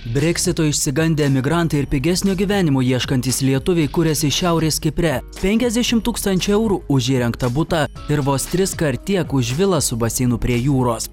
breksito išsigandę emigrantai ir pigesnio gyvenimo ieškantys lietuviai kuriasi šiaurės kipre penkiasdešimt tūkstančių eurų už įrengtą butą ir vos triskart tiek už vilą su baseinu prie jūros